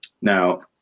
Now